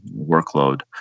workload